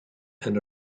and